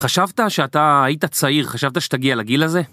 חשבת שאתה היית צעיר, חשבת שתגיע לגיל הזה?